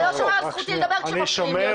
אתה לא שומר על זכותי לדבר כשמפריעים לי,